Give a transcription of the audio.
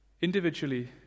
Individually